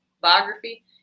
biography